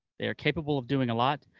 they are capable of doing a lot.